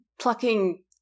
plucking